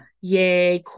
yay